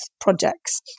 projects